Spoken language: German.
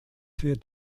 wird